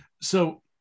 So-